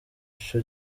ico